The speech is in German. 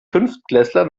fünftklässler